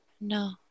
No